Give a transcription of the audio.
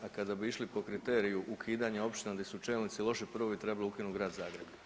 A kada bi išli po kriteriju ukidanja općina gdje su čelnici loši prvo bi trebalo ukinuti grad Zagreb.